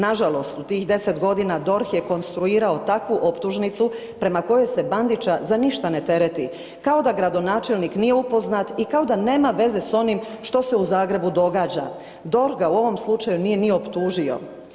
Nažalost, u tih 10.g. DORH je konstruirao takvu optužnicu prema kojoj se Bandića za ništa ne tereti kao da gradonačelnik nije upoznat i kao da nema veze s onim što se u Zagrebu događa, DORH ga u ovom slučaju nije ni optužio.